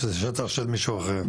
יש נושא אחד שבאמת לא עלה וחבל.